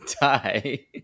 die